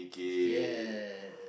ya